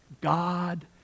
God